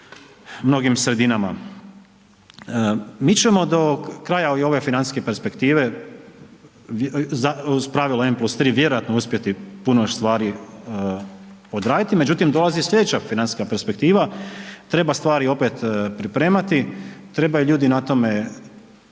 mnogim sredinama. Mi ćemo do kraja i ove financijske perspektive uz pravilo n+3 vjerojatno uspjeti puno još stvari odraditi, međutim dolazi slijedeća financijska perspektiva treba stvari opet pripremati, trebaju ljudi na tome aktivno